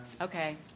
Okay